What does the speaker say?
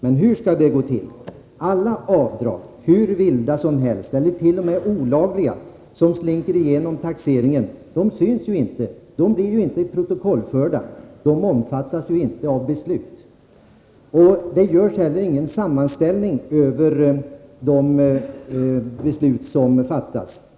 Men hur skall det gå till? Avdrag som är hur ”vilda” som helst eller t.o.m. olagliga kan slinka igenom taxeringen. De syns ju inte. De blir inte protokollförda. De omfattas inte av beslut. Det görs heller ingen sammanställning över de beslut som fattas.